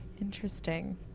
Interesting